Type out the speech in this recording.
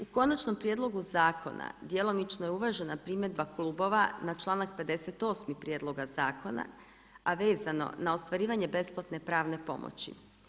U konačnom prijedlogu zakona, djelomično je uvažena primjedba klubova na članak 58. prijedloga zakona a vezano na ostvarivanje besplatne pravne pomoći.